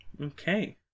Okay